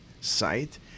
site